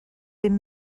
bum